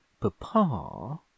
papa